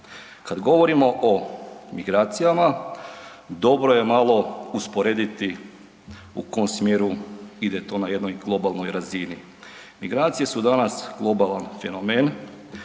Kad govorimo o migracijama, dobro je malo usporediti u kom smjeru ide to na jednoj globalnoj razini. Migracije su danas globalan fenomen,